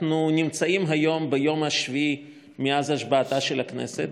אנחנו נמצאים היום ביום השביעי מאז השבעתה של הכנסת.